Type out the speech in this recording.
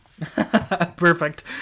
Perfect